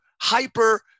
hyper